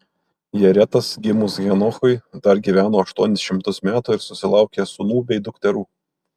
jaretas gimus henochui dar gyveno aštuonis šimtus metų ir susilaukė sūnų bei dukterų